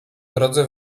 drodze